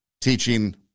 teaching